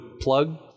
plug